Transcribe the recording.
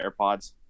AirPods